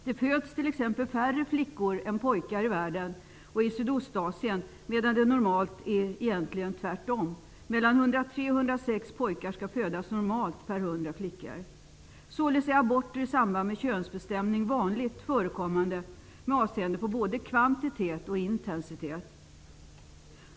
Det föds t.ex. färre flickor än pojkar i världen och i Sydostasien, medan det normalt egentligen borde vara tvärtom. 103--106 pojkar skall normalt födas per 100 flickor. Således är aborter i samband med könsbestämning vanligt förekommande med avseende på både kvantitet och intensitet.